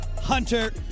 Hunter